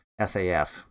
SAF